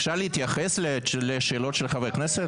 אפשר להתייחס לשאלות של חברי הכנסת?